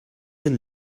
and